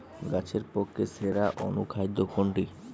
গাছের পক্ষে সেরা অনুখাদ্য কোনটি?